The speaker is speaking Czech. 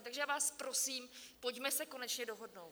Takže já vám prosím, pojďme se konečně dohodnout.